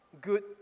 good